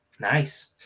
nice